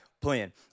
plan